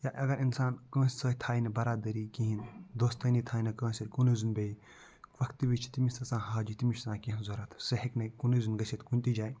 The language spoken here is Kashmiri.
یا اگر اِنسان کانٛسہِ سۭتۍ تھایہِ نہٕ برادٔری کِہیٖنۍ دوستٲنی تھایہِ نہٕ کانٛسہِ سۭتۍ کُنُے زوٚن بیٚہہِ وقتہٕ وِزِ چھِ تٔمِس تہِ آسان حاجَت تٔمِس چھِ آسان کیٚنٛہہ ضوٚرَتھ سُہ ہٮ۪کہِ نہٕ کُنُے زوٚن گٔژھِتھ کُنہِ تہِ جایہِ